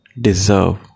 deserve